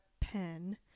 pen